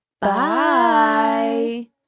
bye